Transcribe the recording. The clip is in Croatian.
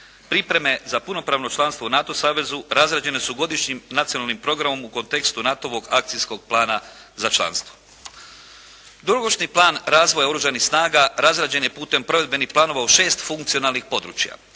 Pripreme za punopravno članstvo u NATO savezu razrađene su Godišnjim nacionalnim programom u kontekstu NATO-ovog akcijskog plana za članstvo. Dugoročni plan razvoja Oružanih snaga razrađen je putem provedbenih planova u šest funkcionalnih područja: